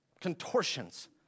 contortions